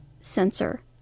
sensor